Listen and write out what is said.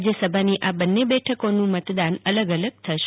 રાજ્ય સભાની આ બંને બેઠકોનું મતદાન અલગ અલગ થશે